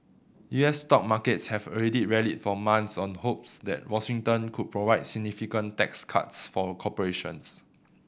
U S stock markets have already rallied for months on hopes that Washington could provide significant tax cuts for corporations